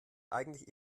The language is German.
eigentlich